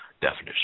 definition